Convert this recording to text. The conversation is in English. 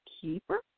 Keeper